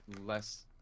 less